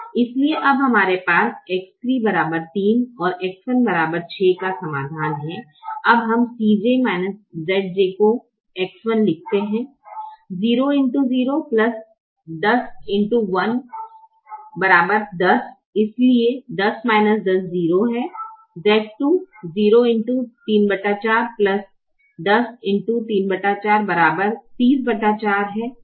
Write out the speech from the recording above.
इसलिए अब हमारे पास X 3 3 X 1 6 का समाधान है अब हम Cj Zj को z 1 लिखते हैं 10 इसलिए 0 है z 2 0x 34 10x 34 304 है